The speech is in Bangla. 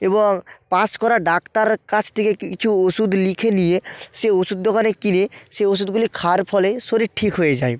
এবং পাস করা ডাক্তার কাছ থেকে কিছু ওষুধ লিখে নিয়ে সে ওষুধ দোকানে কিনে সেই ওষুধগুলি খাওয়ার ফলে শরীর ঠিক হয়ে যায়